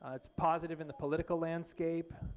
it's positive in the political landscape,